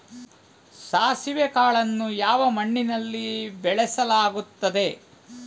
ಸಾಸಿವೆ ಕಾಳನ್ನು ಯಾವ ಮಣ್ಣಿನಲ್ಲಿ ಬೆಳೆಸಲಾಗುತ್ತದೆ?